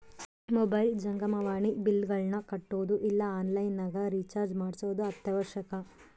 mobile ಜಂಗಮವಾಣಿ ಬಿಲ್ಲ್ಗಳನ್ನ ಕಟ್ಟೊದು ಇಲ್ಲ ಆನ್ಲೈನ್ ನಗ ರಿಚಾರ್ಜ್ ಮಾಡ್ಸೊದು ಅತ್ಯವಶ್ಯಕ